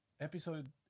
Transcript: episode